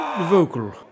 vocal